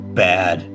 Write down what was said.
bad